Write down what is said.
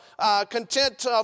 content